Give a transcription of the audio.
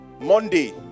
monday